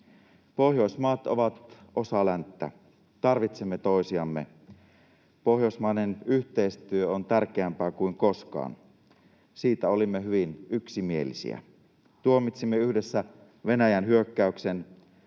Pohjoismaat ovat osa länttä. Tarvitsemme toisiamme. Pohjoismainen yhteistyö on tärkeämpää kuin koskaan, siitä olimme hyvin yksimielisiä. Tuomitsimme yhdessä Venäjän hyökkäyksen.